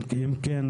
אם כן,